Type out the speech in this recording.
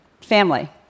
family